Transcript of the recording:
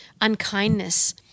unkindness